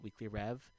WeeklyRev